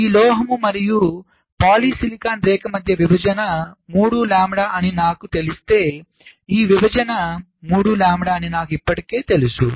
కాబట్టి ఈ లోహం మరియు పాలిసిలికాన్ రేఖ మధ్య విభజన 3 లాంబ్డా అని నాకు తెలిస్తే ఈ విభజన 3 లాంబ్డా అని నాకు ఇప్పటికే తెలుసు